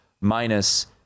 minus